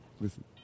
Listen